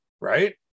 right